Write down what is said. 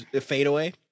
fadeaway